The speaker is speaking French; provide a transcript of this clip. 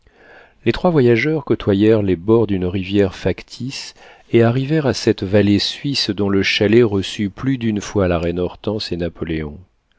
les trois voyageurs côtoyèrent les bords d'une rivière factice et arrivèrent à cette vallée suisse dont le chalet reçut plus d'une fois la reine hortense et napoléon